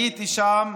הייתי שם,